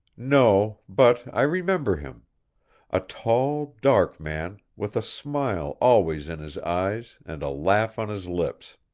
no, but i remember him a tall, dark man, with a smile always in his eyes and a laugh on his lips.